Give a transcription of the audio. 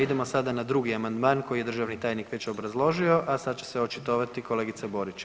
Idemo sada na drugi amandman koji je državni tajnik već obrazložio, a sada će očitovati kolegica Borić.